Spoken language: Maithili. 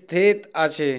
स्थित अछि